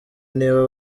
niba